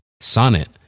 Sonnet